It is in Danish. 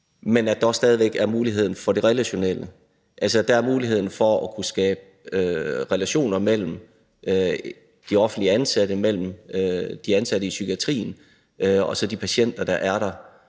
også at der stadig væk er mulighed for det relationelle, altså at der mulighed for at kunne skabe relationer mellem de offentligt ansatte og mellem de ansatte i psykiatrien og de patienter, der er der,